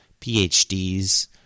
PhDs